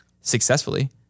successfully